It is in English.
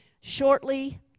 shortly